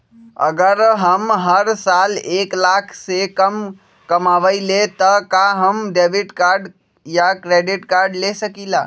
अगर हम हर साल एक लाख से कम कमावईले त का हम डेबिट कार्ड या क्रेडिट कार्ड ले सकीला?